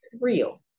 real